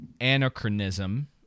Anachronism